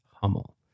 Hummel